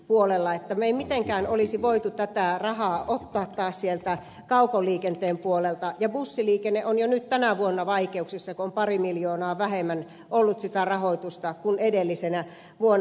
me emme mitenkään olisi voineet tätä rahaa ottaa taas sieltä kaukoliikenteen puolelta ja bussiliikenne on jo nyt tänä vuonna vaikeuksissa kun on pari miljoonaa vähemmän ollut sitä rahoitusta kuin edellisenä vuonna